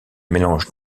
mélange